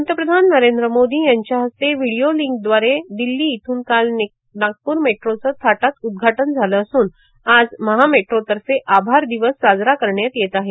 पंतप्रधान नरेंद्र मोदी यांच्याहस्ते विडिओ लिंकद्वारे दिल्ली इथून काल नागपूर मेट्रोचं थाटात उदघाटन झालं असून आज महा मेट्रोतर्फे आभार दिवस साजरा करण्यात येत आहे